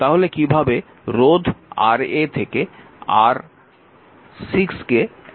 তাহলে কীভাবে রোধ Ra থেকে R6 কে একত্রিত করা হবে